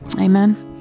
Amen